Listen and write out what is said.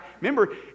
Remember